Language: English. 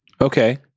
Okay